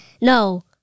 No